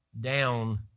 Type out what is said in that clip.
down